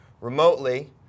remotely